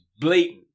blatant